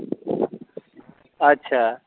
अच्छा